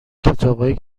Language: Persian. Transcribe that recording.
کتابای